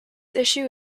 issue